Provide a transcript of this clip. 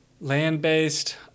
Land-based